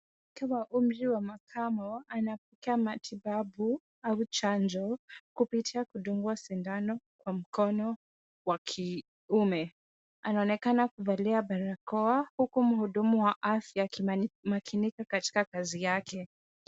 Katika umri wa makamo, anatoa matibabu au chanjo kupitia kudungwa sindano kwa mkono wa kiume. Anaonekana kuvalia barakoa huku mhudumu wa afya akimakinika katika kazi yake.